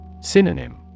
Synonym